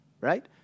Right